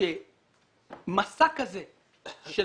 שמסע כזה של